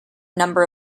number